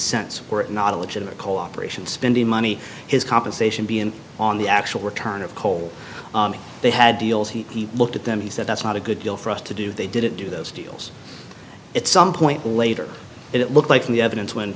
it not a legitimate cooperation spending money his compensation being on the actual return of coal they had deals he looked at them he said that's not a good deal for us to do they didn't do those deals at some point later it looked like from the evidence when